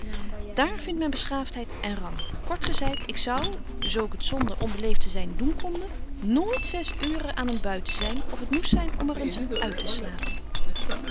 dààr vindt men beschaaftheid en rang kort gezeit ik zou zo ik het zonder onbeleeft te zyn doen konde nooit zes uuren aan een buiten zyn of t moest zyn om er eens uitteslapen de